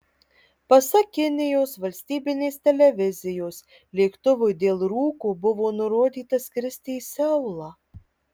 pasak kinijos valstybinės televizijos lėktuvui dėl rūko buvo nurodyta skristi į seulą